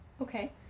Okay